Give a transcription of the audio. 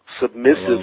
submissive